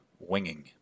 Winging